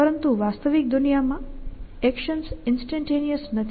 પરંતુ વાસ્તવિક દુનિયામાં એક્શન્સ ઈન્સ્ટેન્ટેનિયસ નથી